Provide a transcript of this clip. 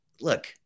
look